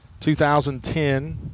2010